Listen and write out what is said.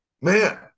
man